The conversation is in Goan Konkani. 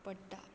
पडटा